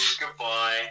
goodbye